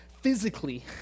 physically